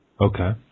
Okay